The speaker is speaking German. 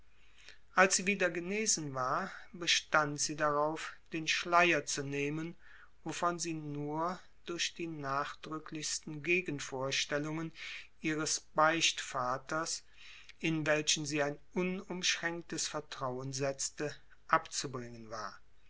als sie wieder genesen war bestand sie darauf den schleier zu nehmen wovon sie nur durch die nachdrücklichsten gegenvorstellungen ihres beichtvaters in welchen sie ein unumschränktes vertrauen setzte abzubringen war